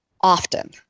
often